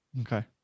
Okay